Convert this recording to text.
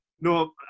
No